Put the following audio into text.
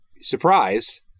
surprise